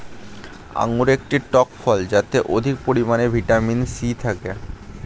আঙুর একটি টক ফল যাতে অধিক পরিমাণে ভিটামিন সি থাকে